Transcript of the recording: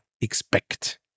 expect